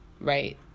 right